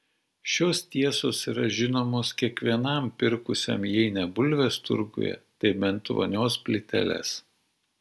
šios tiesos yra žinomos kiekvienam pirkusiam jei ne bulves turguje tai bent vonios plyteles